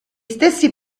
stessi